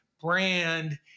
Brand